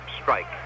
strike